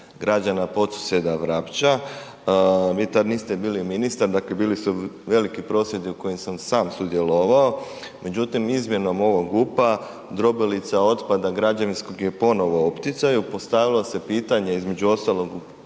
građana Podsuseda, Vrapča, vi tad niste bili ministar, dakle bili su veliki prosvjedi u kojim sam sam sudjelovao, međutim izmjenom ovog GUP-a drobilica otpada građevinskog je ponovo u opticaju, postavilo se pitanje između ostalog